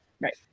Right